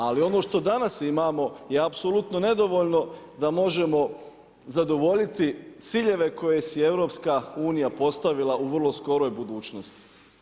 Ali ono što danas imamo je apsolutno nedovoljno da možemo zadovoljiti ciljeve koje si je EU postavila u vrlo skoroj budućnosti.